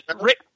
Rick